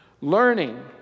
learning